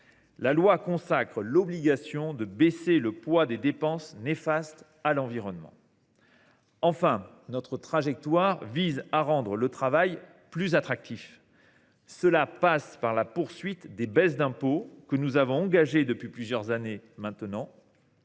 La loi consacre l’obligation de baisser le poids des dépenses néfastes à l’environnement. Enfin, notre trajectoire vise à rendre le travail plus attractif. Cela passe par la poursuite des baisses d’impôts que nous avons engagées depuis plusieurs années, qui se sont